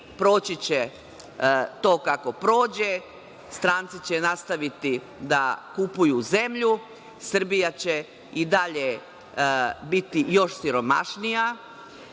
Proći će to kako prođe. Stranci će nastaviti da kupuju zemlju. Srbija će i dalje biti još siromašnija.